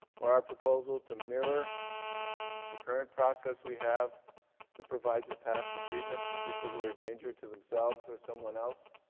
or our proposal to mirror the current process we have that provides a path to treatment for people who are a danger to themselves or someone else